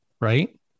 right